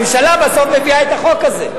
בסוף הממשלה מביאה את החוק הזה.